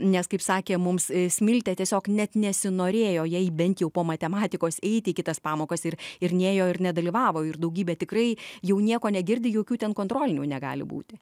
nes kaip sakė mums smiltė tiesiog net nesinorėjo jai bent jau po matematikos eiti į kitas pamokas ir ir nėjo ir nedalyvavo ir daugybė tikrai jau nieko negirdi jokių ten kontrolinių negali būti